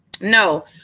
no